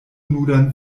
nudan